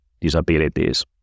disabilities